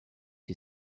you